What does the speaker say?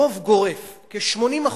רוב גורף, כ-80%,